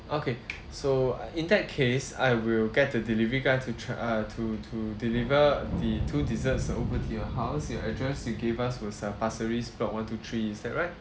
okay so in that case I will get the delivery guy to try uh to to deliver the two desserts over to your house your address you gave us was uh pasir ris block one two three is that right